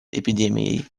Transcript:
эпидемии